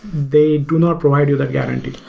they do not provide you that guarantee.